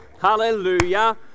Hallelujah